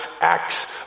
acts